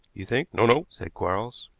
you think no, no, said quarles,